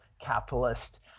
capitalist